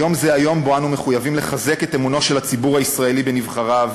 היום זה היום שבו אנו מחויבים לחזק את אמונו של הציבור הישראלי בנבחריו